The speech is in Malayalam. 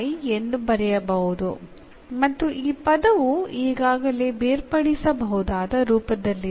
ഈ എന്ന രണ്ടാം പദം ആദ്യമേ സെപ്പറബിൾ ഫോമിലാണ്